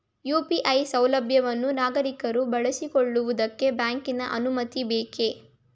UPI ಸೌಲಭ್ಯವನ್ನು ನಾಗರಿಕರು ಬಳಸಿಕೊಳ್ಳುವುದಕ್ಕೆ ಬ್ಯಾಂಕಿನ ಅನುಮತಿ ಬೇಕೇ?